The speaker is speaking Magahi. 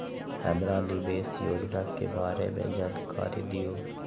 हमरा निवेस योजना के बारे में जानकारी दीउ?